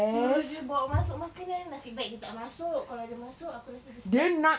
suruh dia bawa masuk makanan nasib baik dia tak masuk kalau dia masuk aku rasa dia stuck